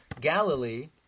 Galilee